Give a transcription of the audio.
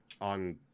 on